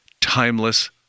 timeless